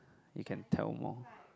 you can tell more